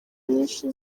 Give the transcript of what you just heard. nyinshi